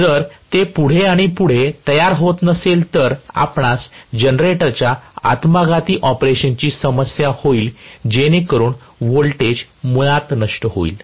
जर ते पुढे आणि पुढे तयार करत नसेल तर आपणास जनरेटरच्या आत्मघाती ऑपरेशनची समस्या होईल जेणेकरून व्होल्टेज मुळात नष्ट होईल